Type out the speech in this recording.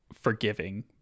forgiving